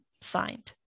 signed